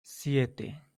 siete